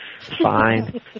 Fine